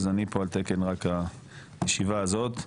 אז אני פה על תקן רק הישיבה הזאת.